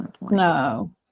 no